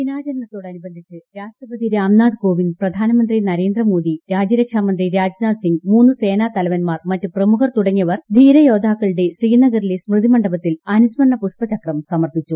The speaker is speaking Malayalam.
ദിനാചരണത്തോടനുബന്ധിച്ച് രാഷ്ട്രപതി രാംനാഥ് കോവിന്ദ് പ്രധാനമന്ത്രി നരേന്ദ്രമോദി രാജ്യരക്ഷാ മന്ത്രി രാജ്നാഥ് സിങ്ങ് മൂന്ന് സേനാ തലവൻമാർ മറ്റ് പ്രമുഖർ തുടങ്ങിയവർ ധീരയോദ്ധാക്കളുടെ ശ്രീനഗറിലെ സ്മൃതിമണ്ഡപത്തിൽ അനുസ്മരണ പുഷ്പചക്രം സമർപ്പിച്ചു